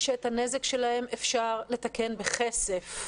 הנזק שלהם אפשר לתקן בכסף,